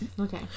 okay